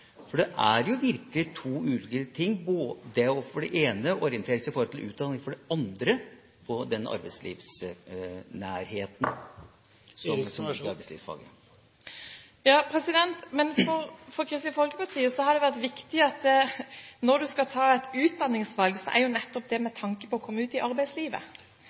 ulike ting: å orientere seg for det første i forhold til utdanning og for det andre i forhold til nærheten til arbeidslivet, som en har i arbeidslivsfaget. For Kristelig Folkeparti har det vært viktig at når du skal ta et utdanningsvalg, er det nettopp med tanke på å komme ut i arbeidslivet.